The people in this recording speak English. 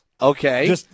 Okay